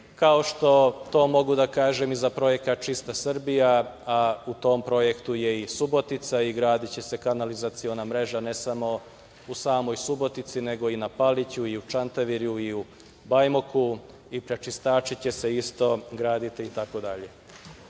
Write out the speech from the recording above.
kao što to mogu da kažem i za projekat „Čista Srbija“, a u tom projektu je i Subotica i gradiće se kanalizaciona mreža ne samo u samoj Subotici, nego i na Paliću i u Čantaviru i u Bajmoku i prečistači će se isto graditi